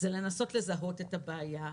לנסות לזהות את הבעיה,